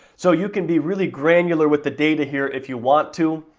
so, you can be really granular with the data here if you want to,